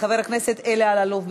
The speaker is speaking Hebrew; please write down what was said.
חבר הכנסת אלי אלאלוף,